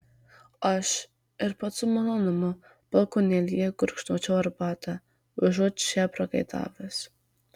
aš ir pats su malonumu balkonėlyje gurkšnočiau arbatą užuot čia prakaitavęs